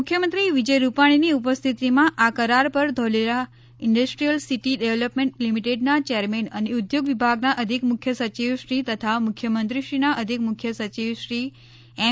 મુખ્યમંત્રી વિજય રૂપાણીની ઉપસ્થિતિમાં આ કરાર પર ધોલેરા ઈન્ડસ્ટ્રીયલ સિટી ડેવલપમેન્ટ લિમિટેડના ચેરમેન અને ઉદ્યોગ વિભાગના અધિક મુખ્ય સચિવશ્રી તથા મુખ્યમંત્રીશ્રીના અધિક મુખ્ય સચિવશ્રી એમ